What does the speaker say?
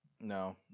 No